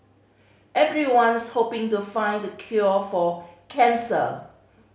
everyone's hoping to find the cure for cancer